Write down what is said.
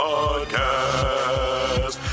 Podcast